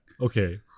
Okay